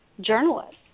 journalists